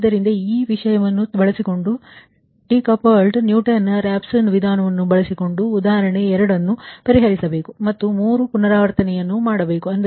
ಆದ್ದರಿಂದ ನೀವು ಈ ವಿಷಯವನ್ನು ಬಳಸಿಕೊಂಡು ಡಿಕೌಪ್ಲ್ಡ್ ನ್ಯೂಟನ್ ರಾಪ್ಸನ್ ವಿಧಾನವನ್ನು ಬಳಸಿಕೊಂಡು ಆ ಉದಾಹರಣೆ2 ಅನ್ನು ಪರಿಹರಿಸಬೇಕು ಮತ್ತು 3 ಪುನರಾವರ್ತನೆಯನ್ನು ಮಾಡಬೇಕು